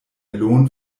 lohn